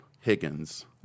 Higgins